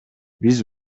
биз